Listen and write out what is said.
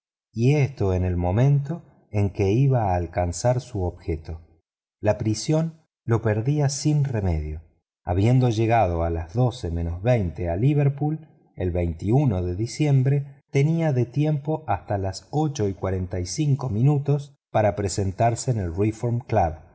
y esto en el momento en que iba a alcanzar su objeto la prisión lo perdía sin remedio habiendo llegado a las doce menos veinte a liverpool el de diciembre tenía de tiempo hasta las ocho y cuarenta y cinco minutos para presentarse en el reform club